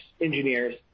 engineers